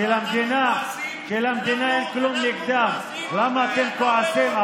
שלמדינה אין כלום נגדם, למה אתם כועסים?